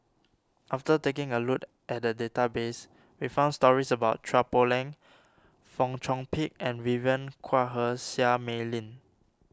after taking a look at the database we found stories about Chua Poh Leng Fong Chong Pik and Vivien Quahe Seah Mei Lin